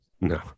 no